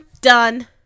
Done